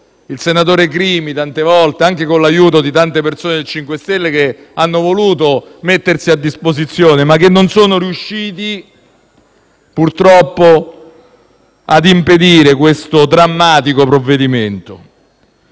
il senatore Crimi tante volte, anche con l'aiuto di tante persone del MoVimento 5 Stelle, che hanno voluto mettersi a disposizione, ma che non sono riuscite purtroppo a impedire questo drammatico provvedimento.